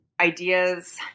ideas